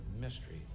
mystery